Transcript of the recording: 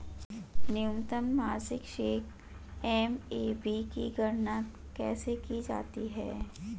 न्यूनतम मासिक शेष एम.ए.बी की गणना कैसे की जाती है?